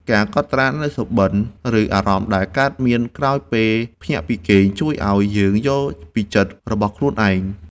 ការកត់ត្រានូវសុបិន ឬអារម្មណ៍ដែលកើតមានក្រោយពេលភ្ញាក់ពីគេង ជួយឱ្យយើងយល់ពីចិត្តរបស់ខ្លួនឯង។